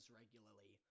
regularly